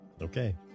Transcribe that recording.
Okay